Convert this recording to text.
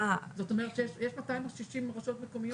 זאת אומרת יש 260 רשויות מקומיות,